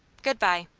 good-bye.